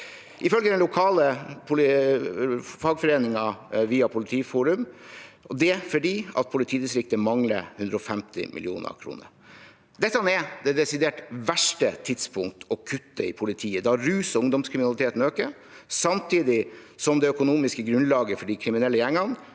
ifølge den lokale fagforeningen via Politiforum, og det er fordi politidistriktet mangler 150 mill. kr. Dette er det desidert verste tidspunktet å kutte i politiet på, når rus og ungdomskriminalitet øker samtidig som det økonomiske grunnlaget for de kriminelle gjengene